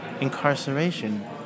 incarceration